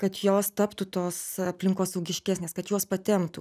kad jos taptų tos aplinkosaugiškesnės kad juos patemptų